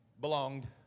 belonged